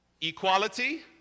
equality